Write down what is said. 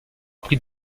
pris